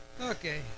Okay